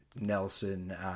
Nelson